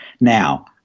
Now